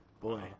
Boy